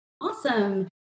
awesome